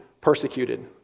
persecuted